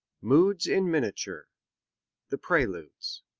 moods in miniature the preludes.